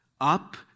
up